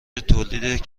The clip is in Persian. تولید